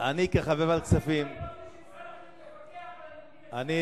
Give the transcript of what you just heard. איך לא נותנים את זה במערכת החינוך הממלכתית.